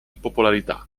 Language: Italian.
popolarità